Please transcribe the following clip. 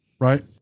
right